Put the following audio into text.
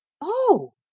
Oh